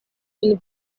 kun